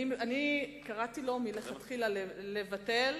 אני קראתי לו מלכתחילה לבטל.